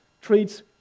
treats